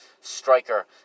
striker